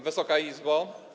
Wysoka Izbo!